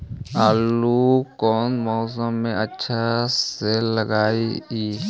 आलू कौन मौसम में अच्छा से लगतैई?